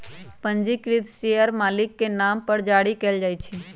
पंजीकृत शेयर मालिक के नाम पर जारी कयल जाइ छै